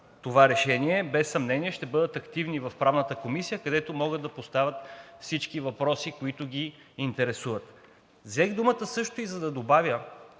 това решение без съмнение ще бъдат активни в Правната комисия, където могат да поставят всички въпроси, които ги интересуват. Взех думата също и за да добавя,